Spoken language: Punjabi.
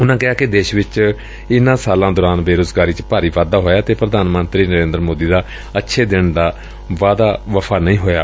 ਉਨੂਾ ਕਿਹਾ ਕਿ ਦੇਸ਼ ਵਿਚ ਇਨਾਂ ਸਾਲਾ ਦੌਰਾਨ ਬੇਰੁਜ਼ਗਾਰੀ ਚ ਭਾਰੀ ਵਾਧਾ ਹੋਇਐ ਅਤੇ ਪ੍ਰਧਾਨ ਮੰਤਰੀ ਨਰੇ ਦਰ ਮੋਦੀ ਦਾ ਅੱਛੇ ਦਿਨ ਦਾ ਵਾਅਦਾ ਵਫ਼ਾ ਨਹੀ ਹੋਇਆ